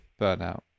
burnout